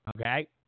Okay